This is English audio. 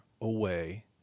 away